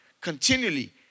continually